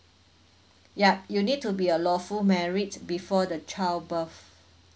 yup you need to be a lawful marriage before the child birth